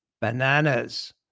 bananas